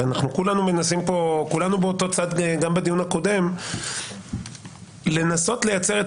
וכולנו באותו צד גם בדיון הקודם לנסות לייצר את